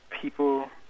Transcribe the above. people